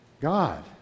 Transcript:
god